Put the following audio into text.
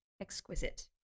exquisite